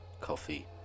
Coffee